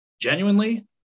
genuinely